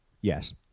Yes